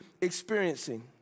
experiencing